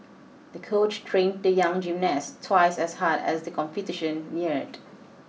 the coach trained the young gymnast twice as hard as the competition neared